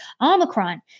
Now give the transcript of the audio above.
Omicron